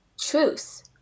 truth